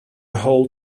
whole